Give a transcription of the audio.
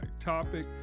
topic